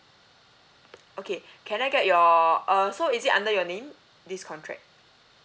okay can I get your err so is it under your name this contract